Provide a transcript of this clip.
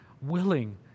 willing